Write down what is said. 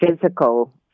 physical